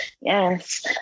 Yes